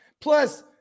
Plus